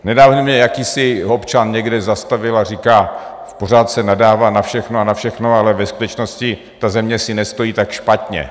Nedávno mě jakýsi občan někde zastavil a říká: Pořád se nadává na všechno a na všechno, ale ve skutečnosti ta země si nestojí tak špatně.